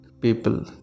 people